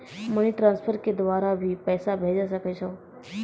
Money transfer के द्वारा भी पैसा भेजै सकै छौ?